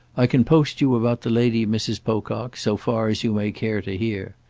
i can post you about the lady, mrs. pocock, so far as you may care to hear.